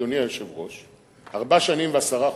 אדוני היושב-ראש,